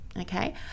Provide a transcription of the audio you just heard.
okay